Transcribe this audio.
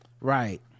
right